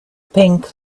pink